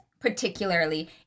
particularly